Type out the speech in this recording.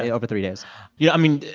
over three days yeah. i mean,